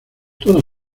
toda